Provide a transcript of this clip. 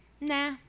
Nah